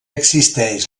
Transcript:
existeix